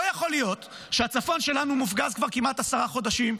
לא יכול להיות שהצפון שלנו מופגז כבר כמעט עשרה חודשים,